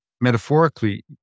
Metaphorically